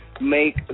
make